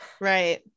right